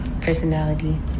personality